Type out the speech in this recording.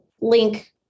link